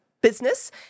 business